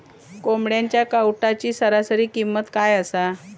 कोंबड्यांच्या कावटाची सरासरी किंमत काय असा?